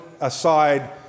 aside